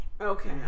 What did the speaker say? Okay